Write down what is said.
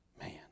Man